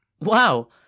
Wow